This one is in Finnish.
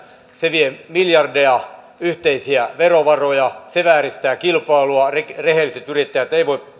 se vie miljardeja yhteisiä verovaroja se vääristää kilpailua rehelliset yrittäjät eivät voi